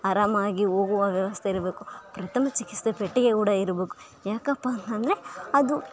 ಆರಾಮಾಗಿ ಹೋಗುವ ವ್ಯವಸ್ಥೆ ಇರಬೇಕು ಪ್ರಥಮ ಚಿಕಿತ್ಸೆ ಪೆಟ್ಟಿಗೆ ಕೂಡ ಇರಬೇಕು ಯಾಕಪ್ಪ ಅಂದರೆ ಅದು